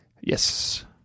Yes